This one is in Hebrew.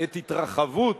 את התרחבות